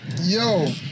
Yo